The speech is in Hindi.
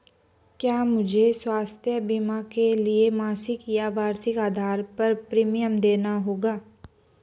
क्या मुझे स्वास्थ्य बीमा के लिए मासिक या वार्षिक आधार पर प्रीमियम देना होगा?